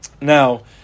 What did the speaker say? Now